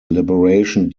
liberation